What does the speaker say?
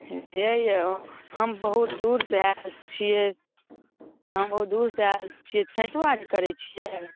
हेऔ हम बहुत दूरसँ आएल छिए हम बहुत दूरसँ आएल छिए छइठोआर करै छिए